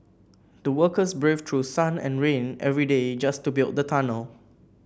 the workers braved through sun and rain every day just to build the tunnel